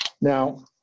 Now